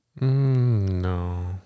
No